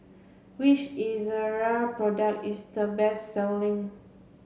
which Ezerra product is the best selling